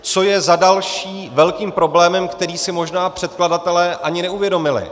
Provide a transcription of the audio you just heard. Co je za další velkým problémem, který si možná předkladatelé ani neuvědomili.